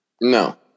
No